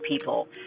people